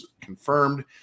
confirmed